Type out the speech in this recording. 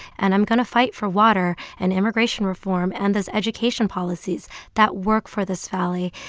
and i'm going to fight for water, and immigration reform and those education policies that work for this valley.